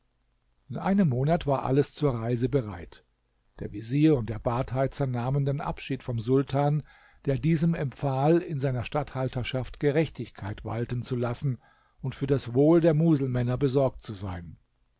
in einem monat war alles zur reise bereit der vezier und der badheizer nahmen dann abschied vom sultan der diesem empfahl in seiner statthalterschaft gerechtigkeit walten zu lassen und für das wohl der muselmänner besorgt zu sein